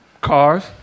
Cars